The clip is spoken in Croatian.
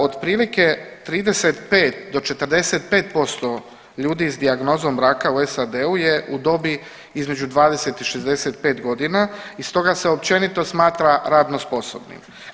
Otprilike 35 do 45% ljudi s dijagnozom raka u SAD-u je u dobi između 20 i 65 godina i stoga se općenito smatra radno sposobnim.